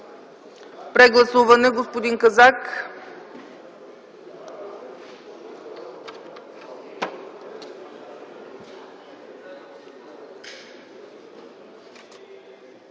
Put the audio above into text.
Прегласуване – господин Казак.